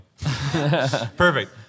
Perfect